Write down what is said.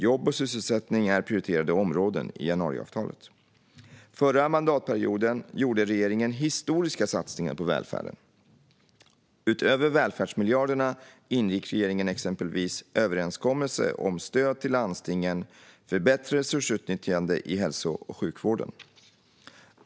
Jobb och sysselsättning är prioriterade områden i januariavtalet. Förra mandatperioden gjorde regeringen historiska satsningar på välfärden. Utöver välfärdsmiljarderna ingick regeringen exempelvis överenskommelse om stöd till landstingen för bättre resursutnyttjande i hälso och sjukvården.